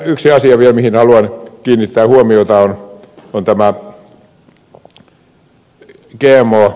yksi asia vielä mihin haluan kiinnittää huomiota on tämä gmo viljely